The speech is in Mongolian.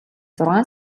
зургаан